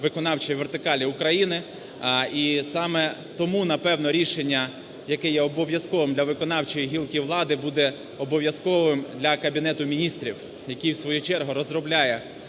виконавчої вертикалі України. І саме тому, напевно, рішення, яке є обов'язковим для виконавчої гілки влади, буде обов'язковим для Кабінету Міністрів, який в свою чергу розробляє